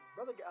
Brother